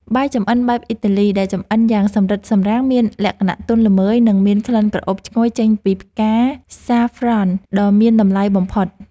បាយចម្អិនបែបអ៊ីតាលី (Risotto) ដែលចម្អិនយ៉ាងសម្រិតសម្រាំងមានលក្ខណៈទន់ល្មើយនិងមានក្លិនក្រអូបឈ្ងុយចេញពីផ្កាសាហ្វ្រ៉ន់ (Saffron) ដ៏មានតម្លៃបំផុត។